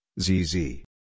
ZZ